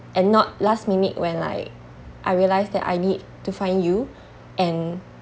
and not last minute when like I realise that I need to find you and